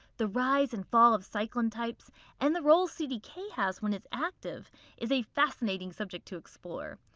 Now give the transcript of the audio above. the rise and fall of cyclin types and the role cdk has when it's active is a fascinating subject to explore.